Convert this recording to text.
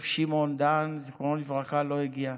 שמעון דהן ז"ל, אני חושב, לא הגיע,